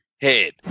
head